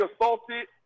assaulted